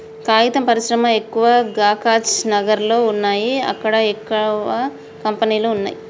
కాగితం పరిశ్రమ ఎక్కవ కాగజ్ నగర్ లో వున్నాయి అక్కడ ఎక్కువ కంపెనీలు వున్నాయ్